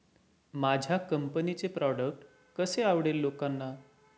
माझ्या कंपनीचे प्रॉडक्ट कसे आवडेल लोकांना?